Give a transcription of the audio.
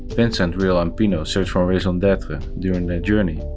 vincent, re-l and pino search for a raison d'etre during their journey,